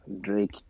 Drake